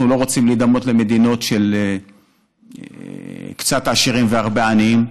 אנחנו לא רוצים להידמות למדינות של קצת עשירים והרבה עניים,